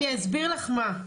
אני אסביר לך מה,